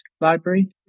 library